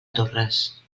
torres